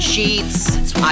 sheets